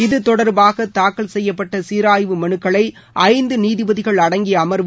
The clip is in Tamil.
இது தொடர்பாக தாக்கல் செய்யப்பட்ட சீராய்வு மனுக்களை ஐந்து நீதிபதிகள் அடங்கிய அா்வு